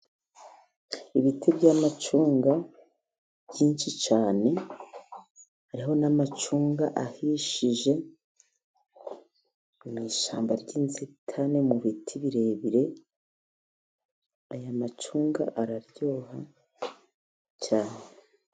Ibiti by'amacunga byinshi cyane, hariho n'amacunga ahishije mu ishyamba ry'inzitane, mu biti birebire, aya macunga araryoha cyane.